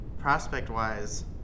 prospect-wise